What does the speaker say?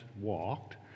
walked